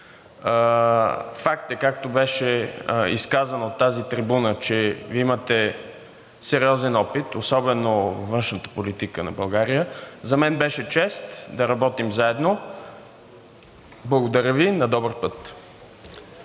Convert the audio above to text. Факт е, както беше изказано от тази трибуна, че Вие имате сериозен опит, особено във външната политика на България. За мен беше чест да работим заедно. Благодаря Ви. На добър път!